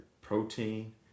protein